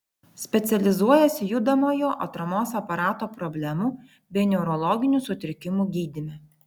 specializuojasi judamojo atramos aparato problemų bei neurologinių sutrikimų gydyme